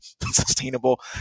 sustainable